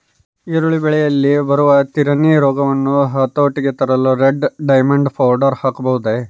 ಈರುಳ್ಳಿ ಬೆಳೆಯಲ್ಲಿ ಬರುವ ತಿರಣಿ ರೋಗವನ್ನು ಹತೋಟಿಗೆ ತರಲು ರೆಡ್ ಡೈಮಂಡ್ ಪೌಡರ್ ಹಾಕಬಹುದೇ?